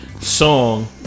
song